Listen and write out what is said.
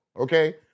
okay